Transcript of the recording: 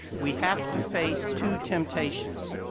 we have to face two temptations,